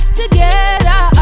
together